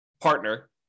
partner